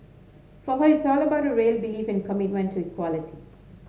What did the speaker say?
for her it's all about the real belief and commitment to equality